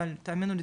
אבל, תאמינו לי,